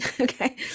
okay